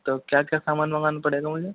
तो क्या क्या सामान मंगवाना पड़ेंगा मुझे